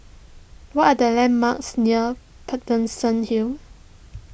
what are the landmarks near Paterson Hill